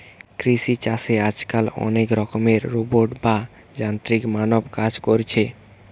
কৃষি চাষে আজকাল অনেক রকমের রোবট বা যান্ত্রিক মানব কাজ কোরছে